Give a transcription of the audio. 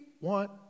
want